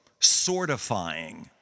sortifying